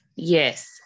Yes